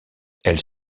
elle